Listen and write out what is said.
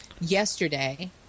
Yesterday